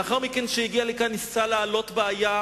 לאחר מכן, כשהגיע לכאן, ניסה להעלות בעיה